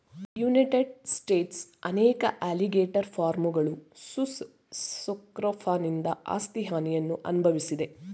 United ಸ್ಟೇಟ್ಸ್ನ ಅನೇಕ alligator ಫಾರ್ಮ್ಗಳು ಸುಸ್ ಸ್ಕ್ರೋಫನಿಂದ ಆಸ್ತಿ ಹಾನಿಯನ್ನು ಅನ್ಭವ್ಸಿದೆ